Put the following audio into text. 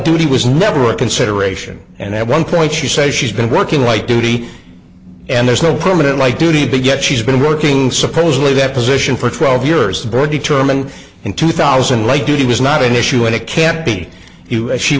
duty was never a consideration and at one point she says she's been working light duty and there's no permanent light duty to get she's been working supposedly that position for twelve years the board determined in two thousand light duty was not an issue and it can't be